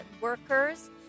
workers